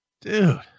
dude